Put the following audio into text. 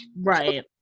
Right